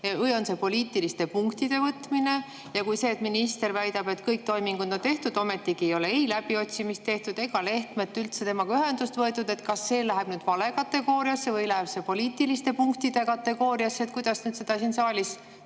või on see poliitiliste punktide võtmine. Ja kui minister väidab, et kõik toimingud on tehtud, ometigi ei ole läbiotsimist tehtud ega Lehtmega ühendust võetud, siis kas see läheb nüüd vale kategooriasse või läheb see poliitiliste punktide kategooriasse? Kuidas seda nüüd siin saalis